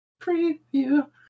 preview